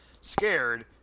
scared